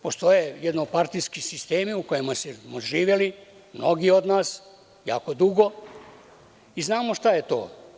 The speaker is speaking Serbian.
Postoje jednopartijski sistemi u kojima su živeli mnogi od nas, jako dugo i znamo šta je to.